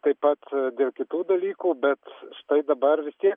taip pat dėl kitų dalykų bet štai dabar vis tiek